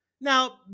Now